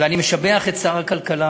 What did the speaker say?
ואני משבח את שר הכלכלה